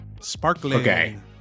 Sparkling